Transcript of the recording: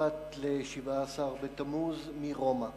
משפט לשבעה-עשר בתמוז מרומא.